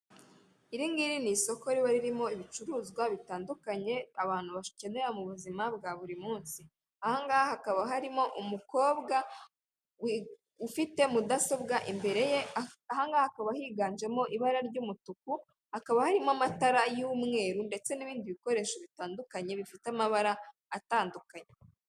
Iri ngiri ni isoko riba ririmo ibicuruzwa bitandukanye abantu bakenera mu buzima bwa buri munsi. Aha ngaha hakaba harimo umukobwa ufite mudasobwa imbere ye, aha ngaha hakaba higanjemo ibara ry'umutuku, hakaba harimo amatara y'umweru ndetse n'ibindi bikoresho bitandukanye bifite amabara atandukanye.